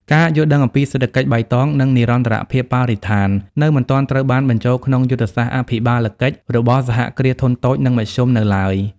ការយល់ដឹងអំពីសេដ្ឋកិច្ចបៃតង និងនិរន្តរភាពបរិស្ថាន នៅមិនទាន់ត្រូវបានបញ្ចូលក្នុងយុទ្ធសាស្ត្រអភិបាលកិច្ចរបស់ សហគ្រាសធុនតូច និងមធ្យម នៅឡើយ។